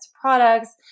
products